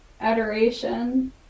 adoration